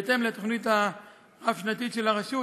בהתאם לתוכנית הרב-שנתית של הרשות,